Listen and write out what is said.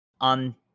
on